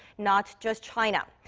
not just china.